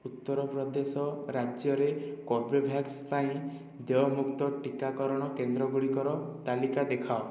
ଉତ୍ତରପ୍ରଦେଶ ରାଜ୍ୟରେ କର୍ବେଭ୍ୟାକ୍ସ ପାଇଁ ଦେୟମୁକ୍ତ ଟିକାକରଣ କେନ୍ଦ୍ର ଗୁଡ଼ିକର ତାଲିକା ଦେଖାଅ